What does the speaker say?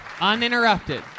uninterrupted